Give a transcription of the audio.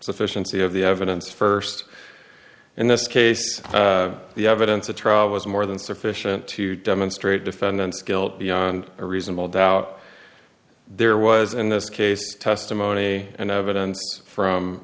sufficiency of the evidence first in this case the evidence at trial was more than sufficient to demonstrate defendant's guilt beyond a reasonable doubt there was in this case testimony and evidence from